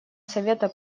совета